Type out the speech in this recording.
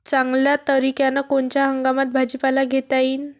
चांगल्या तरीक्यानं कोनच्या हंगामात भाजीपाला घेता येईन?